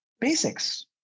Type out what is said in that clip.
Basics